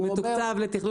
קצת דרומית לסומך.